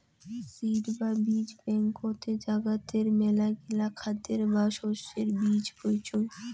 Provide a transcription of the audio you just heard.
seed বা বীজ ব্যাংকতে জাগাতের মেলাগিলা খাদ্যের বা শস্যের বীজ পাইচুঙ